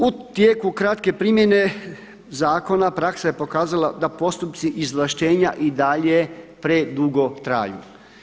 U tijeku kratke primjene zakona praksa je pokazala da postupci izvlaštenja i dalje predugo traju.